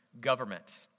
government